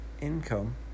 income